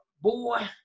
boy